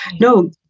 no